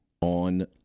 on